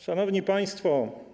Szanowni Państwo!